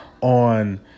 on